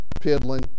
piddling